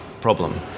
problem